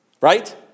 Right